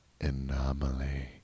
anomaly